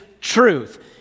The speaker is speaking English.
truth